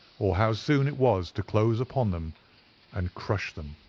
or how soon it was to close upon them and crush them.